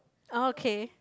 okay